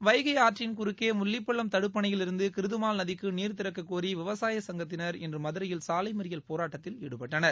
வைகை ஆற்றின் குறுக்கே முல்லிப்பள்ளம் தடுப்பணையிலிருந்து கிருதுமால் நதிக்கு நீர் திறக்கக் கோரி விசாய சங்கத்தின் இன்று மதுரையில் சாலை மறியல் போராட்டத்தில் ஈடுபட்டனர்